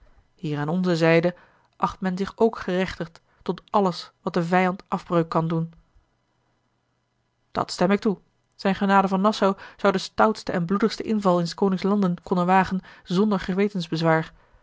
hier aan onze zijde acht men zich ook gerechtigd tot alles wat den vijand afbreuk kan doen dat stem ik toe zijne genade van nassau zou den stoutsten en bloedigsten inval in s konings landen konnen wagen zonder